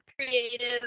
creative